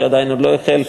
שעדיין לא החל,